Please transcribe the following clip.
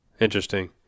interesting